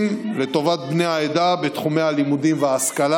לטובת בני העדה בתחומי הלימודים וההשכלה,